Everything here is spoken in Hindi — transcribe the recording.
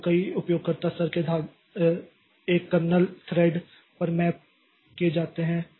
तो कई उपयोगकर्ता स्तर के थ्रेड एक कर्नेल थ्रेड पर मैप किए जाते हैं